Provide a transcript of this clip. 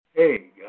Hey